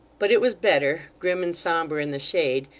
but it was better, grim and sombre in the shade,